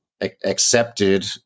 accepted